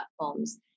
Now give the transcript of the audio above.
platforms